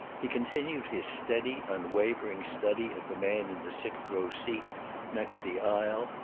he continued his steady, unwavering study of the man in the sixth row seat next the aisle,